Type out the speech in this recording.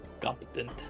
Competent